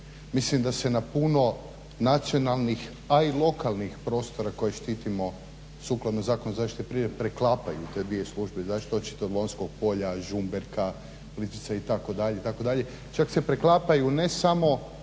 Mislim da se na puno nacionalnih a i lokalnih prostora koje štitimo sukladno Zakonu o zaštiti prirode preklapaju te dvije službe zaštita očito Lonjskog polja, Žumberka, Plitvica itd. itd. Čak se preklapaju ne samo